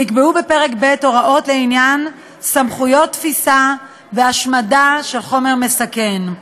נקבעו בפרק ב' הוראות לעניין סמכויות תפיסה והשמדה של חומר מסכן.